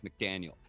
McDaniel